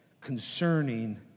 concerning